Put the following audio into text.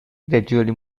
gradually